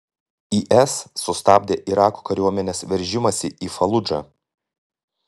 is sustabdė irako kariuomenės veržimąsi į faludžą